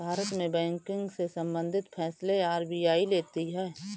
भारत में बैंकिंग से सम्बंधित फैसले आर.बी.आई लेती है